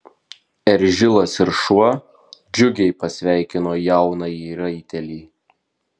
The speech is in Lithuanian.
eržilas ir šuo džiugiai pasveikino jaunąjį raitelį